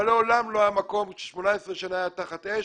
אבל לעולם לא היה מקום ש-18 שנים היה תחת אש.